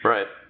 Right